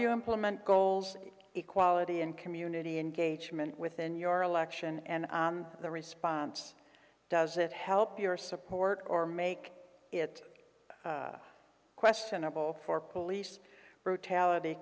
you implement goals equality and community engagement within your election and the response does that help your support or make it questionable for police brutality